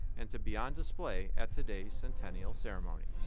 and to be on display at today's centennial ceremony.